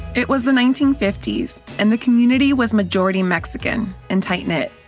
it was the nineteen fifty s, and the community was majority mexican and tightknit.